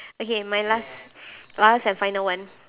okay my last last and final one